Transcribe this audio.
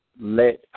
let